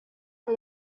for